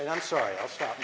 and i'm sorry i'll stop